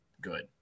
good